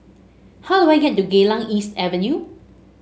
how do I get to Geylang East Avenue